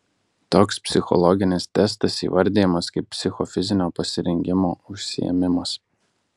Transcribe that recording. toks psichologinis testas įvardijamas kaip psichofizinio pasirengimo užsiėmimas